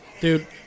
Dude